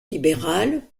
libérale